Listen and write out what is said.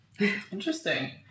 Interesting